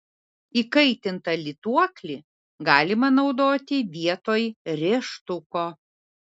įkaitintą lituoklį galima naudoti vietoj rėžtuko